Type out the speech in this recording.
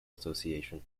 association